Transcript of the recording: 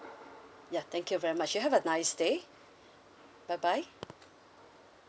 ya thank you very much you have a nice day bye bye